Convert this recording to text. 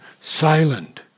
silent